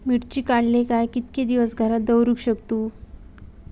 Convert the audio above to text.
मिर्ची काडले काय कीतके दिवस घरात दवरुक शकतू?